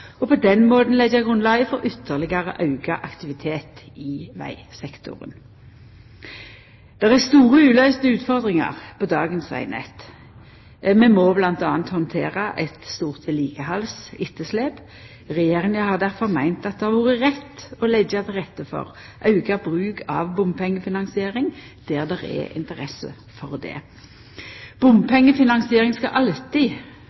og på den måten leggja grunnlaget for ytterlegare auka aktivitet i vegsektoren. Det er store uløyste utfordringar på dagens vegnett. Vi må bl.a. handtera eit stort vedlikehaldsetterslep. Regjeringa har difor meint det har vore rett å leggja til rette for auka bruk av bompengefinansiering der det er interesse for det. Bompengefinansiering skal alltid